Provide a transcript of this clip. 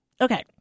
Okay